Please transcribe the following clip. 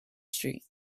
street